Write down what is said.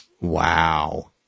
Wow